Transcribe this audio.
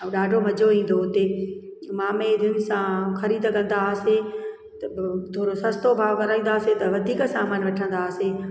ऐं ॾाढो मज़ो ईंदो हुते मामे जी धीअरियुनि सां ख़रीद कंदा हुआसीं त पोइ थोरो सस्तो भाव कराईंदा हुआसीं त वधीक सामान वठंदा हुआसीं